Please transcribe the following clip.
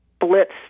blitz